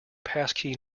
passkey